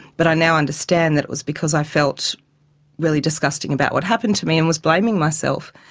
but i now understand that it was because i felt really disgusting about what happened to me and was blaming myself.